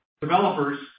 developers